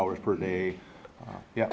hours per day yeah